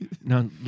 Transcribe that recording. now